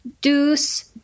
deuce